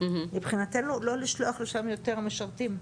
מבחינתנו לא לשלוח לשם יותר משרתים.